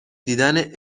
دیدن